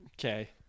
okay